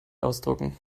ausdrucken